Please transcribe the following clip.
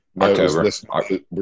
October